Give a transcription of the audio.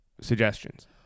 suggestions